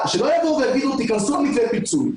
שלא יבואו ויגידו שניכנס למתווה פיצוי,